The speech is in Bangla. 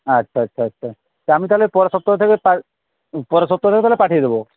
আচ্ছা আচ্ছা আচ্ছা তা আমি তাহলে পরের সপ্তাহ থেকেই পা পরের সপ্তাহ থেকে তাহলে পাঠিয়ে দেব